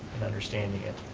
and understanding it.